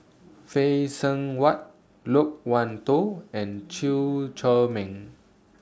Phay Seng Whatt Loke Wan Tho and Chew Chor Meng